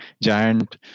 giant